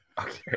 Okay